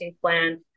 plan